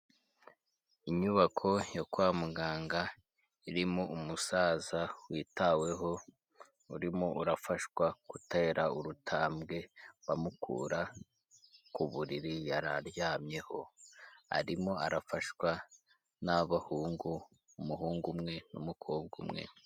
Inyubako yo kwa muganga irimo umusaza witaweho urimo urafashwa gutera urutambwe bamukura ku buriri yari aryamyeho. Arimo arafashwa n'abahungu, umuhungu umwe n'umukobwa umwe.